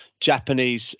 Japanese